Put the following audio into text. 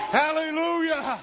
hallelujah